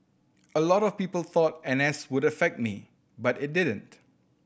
a lot of people thought N S would affect me but it didn't